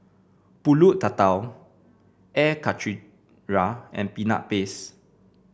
pulut Tatal Air Karthira and Peanut Base